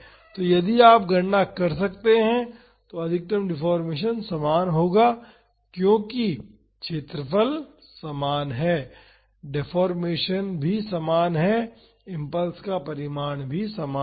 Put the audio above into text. तो यदि आप गणना करते हैं तो अधिकतम डिफ़ॉर्मेशन समान होगा क्योंकि क्षेत्रफल समान है डिफ़ॉर्मेशन भी समान है इम्पल्स परिमाण समान है